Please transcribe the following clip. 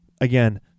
again